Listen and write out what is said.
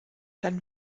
dann